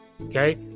Okay